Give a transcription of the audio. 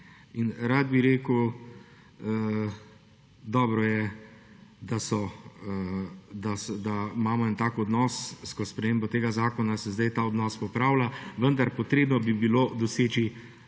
Rad bi rekel, dobro je, da so, da imamo en tak odnos. Skozi spremembo tega zakona se zdaj ta odnos popravlja, vendar potrebno bi bilo doseči